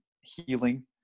healing